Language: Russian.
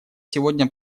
сегодня